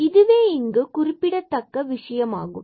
இதுவே இங்கு குறிப்பிடத்தக்க விஷயமாகும்